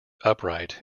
upright